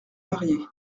mariés